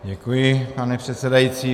Děkuji, pane předsedající.